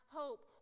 hope